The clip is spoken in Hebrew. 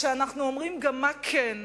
כשאנחנו אומרים גם מה כן,